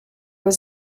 was